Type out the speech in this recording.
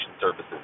services